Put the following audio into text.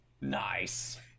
Nice